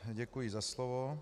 Děkuji za slovo.